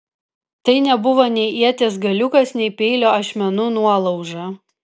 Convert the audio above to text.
tai nebuvo nei ieties galiukas nei peilio ašmenų nuolauža